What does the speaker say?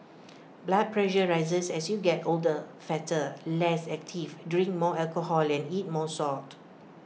blood pressure rises as you get older fatter less active drink more alcohol and eat more salt